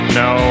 no